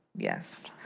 yes.